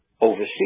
overseas